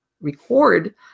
record